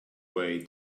way